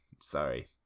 sorry